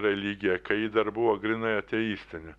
religiją kai ji dar buvo grynai ateistinė